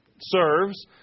serves